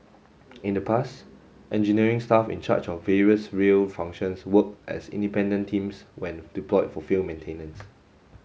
in the past engineering staff in charge of various rail functions worked as independent teams when deployed for field maintenance